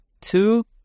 Two